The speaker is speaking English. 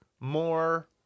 more